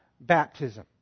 baptism